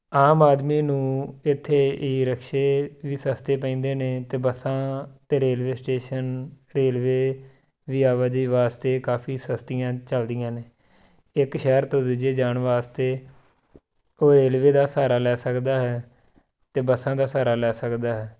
ਆਮ ਆਦਮੀ ਨੂੰ ਇੱਥੇ ਈ ਰਿਕਸ਼ੇ ਵੀ ਸਸਤੇ ਪੈਂਦੇ ਨੇ ਅਤੇ ਬੱਸਾਂ 'ਤੇ ਰੇਲਵੇ ਸਟੇਸ਼ਨ ਰੇਲਵੇ ਵੀ ਆਵਾਜਾਈ ਵਾਸਤੇ ਕਾਫ਼ੀ ਸਸਤੀਆਂ ਚੱਲਦੀਆਂ ਨੇ ਇੱਕ ਸ਼ਹਿਰ ਤੋਂ ਦੂਜੇ ਜਾਣ ਵਾਸਤੇ ਉਹ ਰੇਲਵੇ ਦਾ ਸਹਾਰਾ ਲੈ ਸਕਦਾ ਹੈ ਅਤੇ ਬੱਸਾਂ ਦਾ ਸਹਾਰਾ ਲੈ ਸਕਦਾ ਹੈ